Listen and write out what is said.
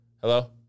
Hello